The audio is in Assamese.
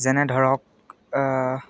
যেনে ধৰক